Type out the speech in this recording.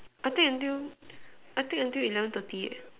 I think until I think until eleven thirty eh